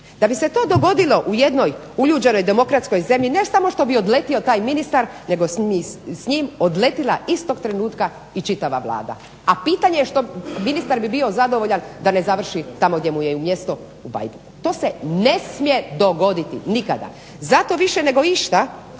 Da bi se to dogodilo u jednoj uljuđenoj demokratskoj zemlji, ne samo što bi odletio taj ministar, nego bi s njim odletila istog trenutka i čitava Vlada,a ministar bi bio zadovoljan da ne završi tamo gdje mu je mjesto u bajbuku. To se ne smije dogoditi nikada. Zato više nego išta